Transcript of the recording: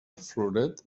floret